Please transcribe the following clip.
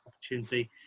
opportunity